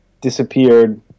disappeared